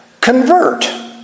convert